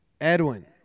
Edwin